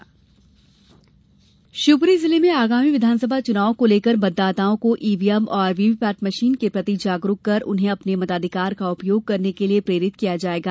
मतदाता जागरुकता शिवपूरी जिले में आगामी विधानसभा चुनावों को लेकर मतदाताओं को इवीएम और वीवीपेट मशीन के प्रति जागरूक कर उन्हें अपने मताधिकार का उपयोग करने के लिए प्रेरित किया जाएगा